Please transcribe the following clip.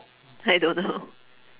I don't know